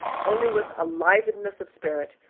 only with alivedness of spirit,